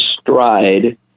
Stride